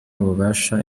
ububasha